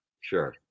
Sure